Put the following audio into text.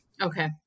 Okay